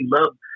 love